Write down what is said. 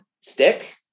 stick